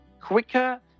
quicker